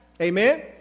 Amen